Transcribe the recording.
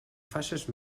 faces